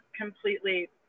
completely